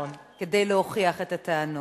כדי להוכיח את הטענות.